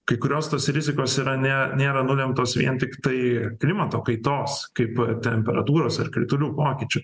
kai kurios tos rizikos yra ne nėra nulemtos vien tiktai klimato kaitos kaip temperatūros ar kritulių pokyčių